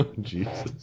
Jesus